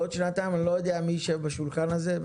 בעוד שנתיים אני לא יודע מי יישב בשולחן הזה,